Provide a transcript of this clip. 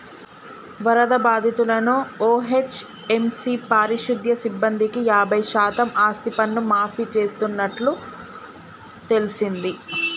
వరద బాధితులను ఓ.హెచ్.ఎం.సి పారిశుద్య సిబ్బందికి యాబై శాతం ఆస్తిపన్ను మాఫీ చేస్తున్నట్టు తెల్సింది